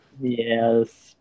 Yes